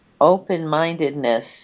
Open-mindedness